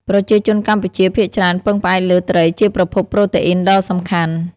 ប្រជាជនកម្ពុជាភាគច្រើនពឹងផ្អែកលើត្រីជាប្រភពប្រូតេអ៊ីនដ៏សំខាន់។